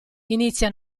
inizia